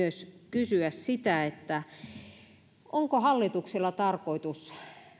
kysyä sitä onko hallituksella tarkoitus